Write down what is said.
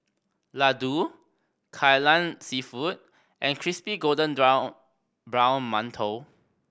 laddu Kai Lan Seafood and crispy golden brown mantou